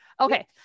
Okay